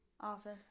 Office